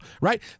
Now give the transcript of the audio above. right